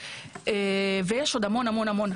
ויש עוד המון מקרים.